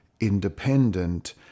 independent